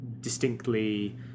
distinctly